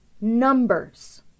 numbers